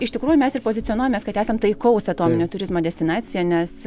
iš tikrųjų mes ir pozicionuojamės kad esam taikaus atominio turizmo destinacija nes